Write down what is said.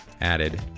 added